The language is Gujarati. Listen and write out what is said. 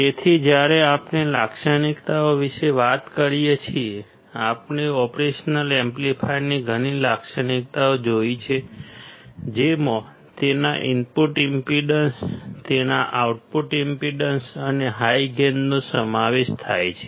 તેથી જ્યારે આપણે લાક્ષણિકતાઓ વિશે વાત કરીએ છીએ આપણે ઓપરેશનલ એમ્પ્લીફાયરની ઘણી લાક્ષણિકતાઓ જોઈ છે જેમાં તેના ઇનપુટ ઈમ્પેડન્સ તેના આઉટપુટ ઈમ્પેડન્સ અને હાઈ ગેઇનનો સમાવેશ થાય છે